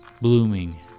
blooming